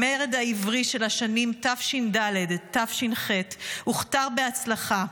המרד העברי של השנים תש"ד תש"ח הוכתר בהצלחה.